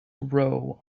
grow